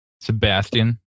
Sebastian